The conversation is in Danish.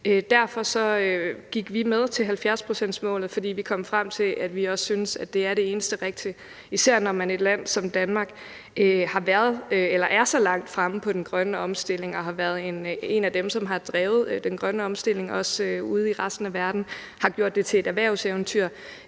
Derfor gik vi med til 70-procentsmålet, for vi kom frem til, at vi også synes, at det er det eneste rigtige, især når et land som Danmark er så langt fremme i forhold til den grønne omstilling og har været en af dem, som har drevet den grønne omstilling og også ude i resten af verden har gjort det til et erhvervseventyr.